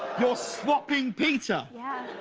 you're swapping peter? yeah.